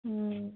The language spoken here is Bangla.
হুম